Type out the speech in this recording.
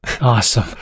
Awesome